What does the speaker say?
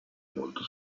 molto